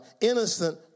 innocent